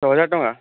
ଛଅହଜାର ଟଙ୍କା